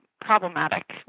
problematic